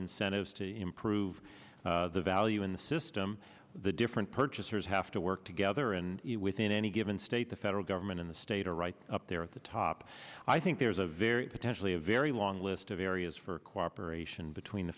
incentives to improve the value in the system the different purchasers have to work together and within any given state the federal government and the state are right up there at the top i think there's a very potentially a very long list of areas for cooperation between the